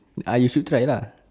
ah you should try lah